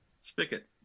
spigot